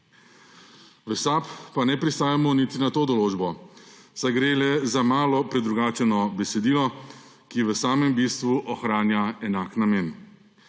V SAB pa ne pristajamo niti na to določbo, saj gre le za malo predrugačeno besedilo, ki v samem bistvu ohranja enak namen.